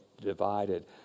divided